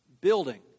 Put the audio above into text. building